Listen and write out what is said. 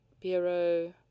Bureau